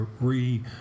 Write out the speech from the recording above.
re